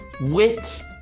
wit's